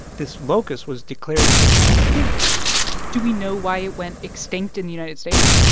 this locust was declared extinct do we know why it went extinct in the united states?